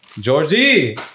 Georgie